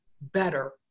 better